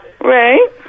Right